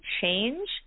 change